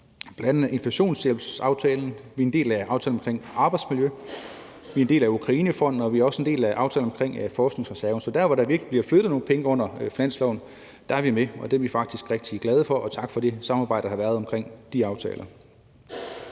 bl.a. inflationshjælpsaftalen. Vi er en del af aftalen omkring arbejdsmiljø, vi er en del af Ukrainefonden, og vi er også en del af aftalen om forskningsreserven. Så der, hvor der virkelig bliver flyttet nogle penge i finansloven, er vi med. Det er vi faktisk rigtig glade for. Tak for det samarbejde, der har været omkring de aftaler.